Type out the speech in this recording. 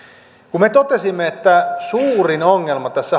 me totesimme että suurin ongelma tässä